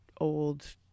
old